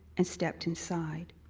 and stepped inside.